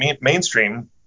mainstream